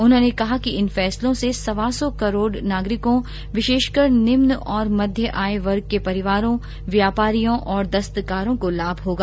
उन्होंने कहा कि इन फैसलों से सवा सौ करोड़ नागरिकों विशेषकर निम्न और मध्य आय वर्ग वाले परिवारों व्यापारियों और दस्तकारों को लाम होगा